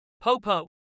Popo